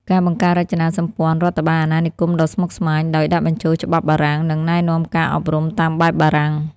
ការបង្កើតរចនាសម្ព័ន្ធរដ្ឋបាលអាណានិគមដ៏ស្មុគស្មាញ ដោយដាក់បញ្ចូលច្បាប់បារាំង និងណែនាំការអប់រំតាមបែបបារាំង។